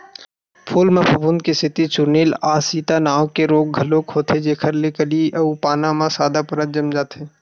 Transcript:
फूल म फफूंद के सेती चूर्निल आसिता नांव के रोग घलोक होथे जेखर ले कली अउ पाना म सादा परत जम जाथे